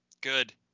Good